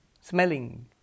smelling